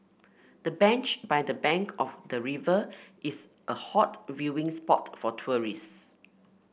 the bench by the bank of the river is a hot viewing spot for tourists